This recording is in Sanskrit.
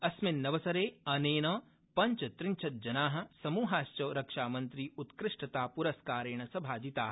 अस्मिन्नवसरे अनेन पंचत्रिंशज्जना समूहाश्च रक्षामन्त्र उत्कृष्टता पुरस्कारेण सभाजिता